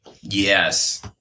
Yes